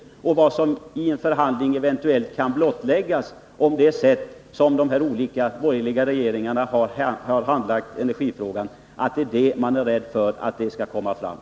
Man är rädd för vad som vid en förhandling eventuellt skulle klarläggas om det sätt på vilket de olika borgerliga regeringarna har handlagt energifrågan.